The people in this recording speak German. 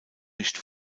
nicht